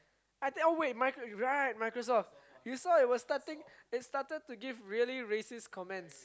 I tell oh wait micro~ right Microsoft you saw it was starting it started to give racist comments